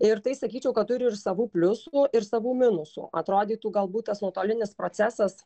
ir tai sakyčiau kad turi ir savų pliusų ir savų minusų atrodytų galbūt tas nuotolinis procesas